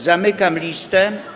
Zamykam listę.